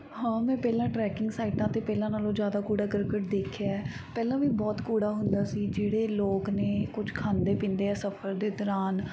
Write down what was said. ਹਾਂ ਮੈਂ ਪਹਿਲਾਂ ਟਰੈਕਿੰਗ ਸਾਈਟਾਂ 'ਤੇ ਪਹਿਲਾਂ ਨਾਲੋਂ ਜ਼ਿਆਦਾ ਕੂੜਾ ਕਰਕਟ ਦੇਖਿਆ ਪਹਿਲਾਂ ਵੀ ਬਹੁਤ ਕੂੜਾ ਹੁੰਦਾ ਸੀ ਜਿਹੜੇ ਲੋਕ ਨੇ ਕੁਝ ਖਾਂਦੇ ਪੀਂਦੇ ਆ ਸਫ਼ਰ ਦੇ ਦੌਰਾਨ